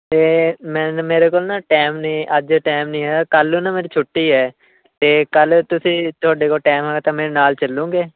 ਅਤੇ ਮੀਨਜ਼ ਮੇਰੇ ਕੋਲ ਨਾ ਟਾਈਮ ਨੇ ਅੱਜ ਟਾਈਮ ਨਹੀਂ ਹੈ ਕੱਲ੍ਹ ਨੂੰ ਨਾ ਮੈਨੂੰ ਛੁੱਟੀ ਹੈ ਅਤੇ ਕੱਲ੍ਹ ਤੁਸੀਂ ਤੁਹਾਡੇ ਕੋਲ ਟਾਈਮ ਹੋਇਆ ਤਾਂ ਮੇਰੇ ਨਾਲ ਚੱਲੋਗੇ